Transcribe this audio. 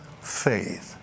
faith